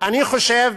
אני חושב